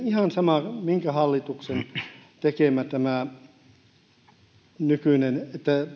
ihan sama minkä hallituksen tekemä oli tämä että tämä nykyinen